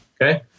Okay